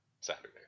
Saturday